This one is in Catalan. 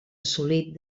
assolit